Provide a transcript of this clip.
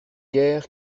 guère